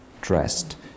dressed